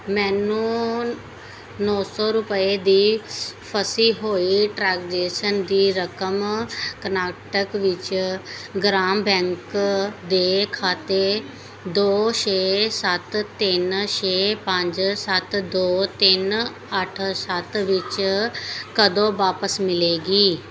ਮੈਨੂੰ ਨੌਂ ਸੌ ਰੁਪਏ ਦੀ ਫਸੀ ਹੋਈ ਟ੍ਰਾਂਜੈਸ਼ਨ ਦੀ ਰਕਮ ਕਰਨਾਟਕ ਵਿੱਚ ਗ੍ਰਾਮ ਬੈਂਕ ਦੇ ਖਾਤੇ ਦੋ ਛੇ ਸੱਤ ਤਿੰਨ ਛੇ ਪੰਜ ਸੱਤ ਦੋ ਤਿੰਨ ਅੱਠ ਸੱਤ ਵਿੱਚ ਕਦੋਂ ਵਾਪਿਸ ਮਿਲੇਗੀ